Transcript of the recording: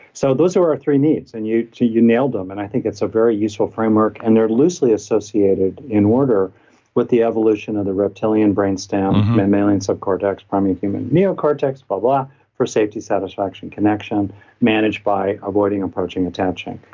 so those are our three needs. and you you nailed them. and i think it's a very useful framework and they're loosely associated in order with the evolution of the reptilian brainstem, mammalian subcortex primary human neocortex, blah, blah for safety, satisfaction, connection managed by avoiding approaching, attaching.